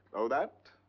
oh, that?